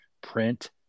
print